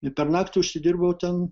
ir per naktį užsidirbau ten